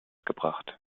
gebracht